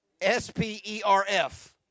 S-P-E-R-F